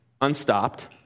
unstopped